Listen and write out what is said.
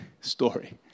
story